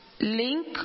link